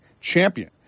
champion